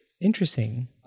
Interesting